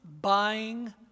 buying